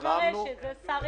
זה מראה שזה שר רציני.